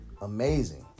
amazing